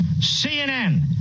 CNN